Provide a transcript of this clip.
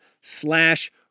slash